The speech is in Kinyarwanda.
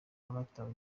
abatawe